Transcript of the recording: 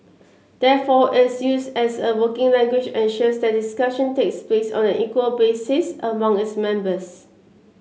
therefore its use as a working language ensures that discussion takes place on an equal basis among its members